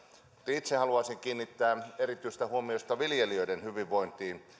itse haluaisin kiinnittää erityistä huomiota viljelijöiden hyvinvointiin